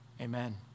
amen